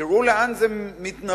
תראו לאן זה מתנפח,